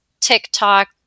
TikTok